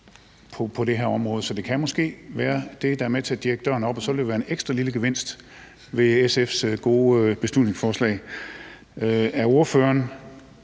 på det her område. Så det kan måske være det, der er med til at dirke døren op, og så vil det være en ekstra lille gevinst ved SF's gode beslutningsforslag. Er ordføreren